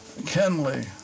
Kenley